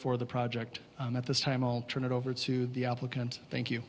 for the project at this time i'll turn it over to the applicant thank you